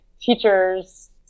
teachers